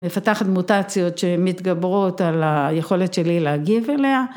‫מפתחת מוטציות שמתגברות ‫על היכולת שלי להגיב אליה.